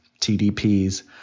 TDPs